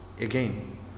again